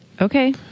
Okay